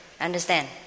understand